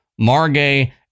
margay